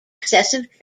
excessive